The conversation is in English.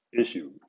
issue